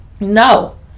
no